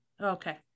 Okay